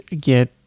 get